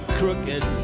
crooked